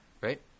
Right